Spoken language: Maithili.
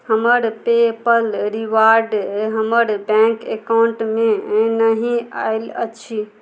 हमर पे पल रिवार्ड हमर बैंक अकाउन्टमे नहि आयल अछि